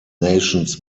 nations